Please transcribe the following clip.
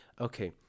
Okay